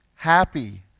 Happy